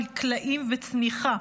מקלעים וצניחה.